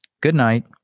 Goodnight